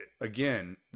again